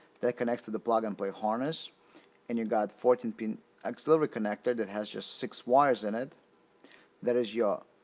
that connects to the plug-and-play harness and you got fourteen pin auxiliary connector that has just six wires in it there is your